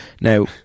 Now